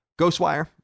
Ghostwire